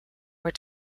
were